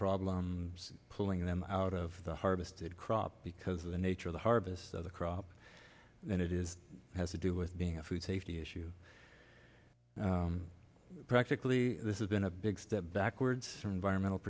problems pulling them out of the harvested crop because of the nature of the harvest of the crop and it is has to do with being a food safety issue practically this is been a big step backwards for environmental